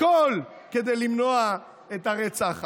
הכול, כדי למנוע את הרצח הבא.